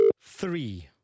three